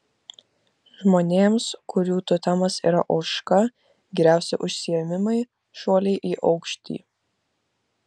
žmonėms kurių totemas yra ožka geriausi užsiėmimai šuoliai į aukštį